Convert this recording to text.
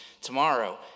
Tomorrow